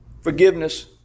forgiveness